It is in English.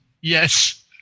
yes